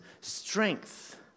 strength